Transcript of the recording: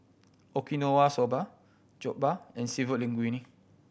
Okinawa Soba Jokbal and Seafood Linguine